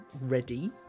ready